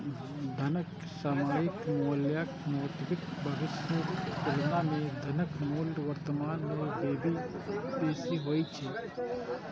धनक सामयिक मूल्यक मोताबिक भविष्यक तुलना मे धनक मूल्य वर्तमान मे बेसी होइ छै